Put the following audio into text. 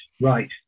right